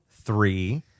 three